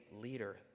leader